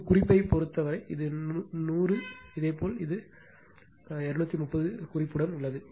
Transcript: இது குறிப்பைப் பொறுத்தவரை இது 100 இதேபோல் 230o குறிப்புடன் உள்ளது